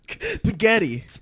spaghetti